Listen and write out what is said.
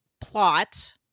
plot